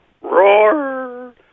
Roar